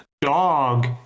Dog